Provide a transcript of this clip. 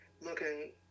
looking